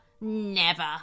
Never